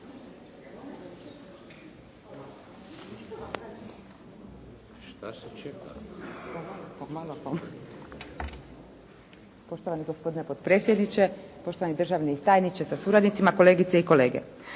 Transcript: Poštovani gospodine potpredsjedniče, poštovani državni tajniče sa suradnicima, kolegice i kolege.